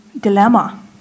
dilemma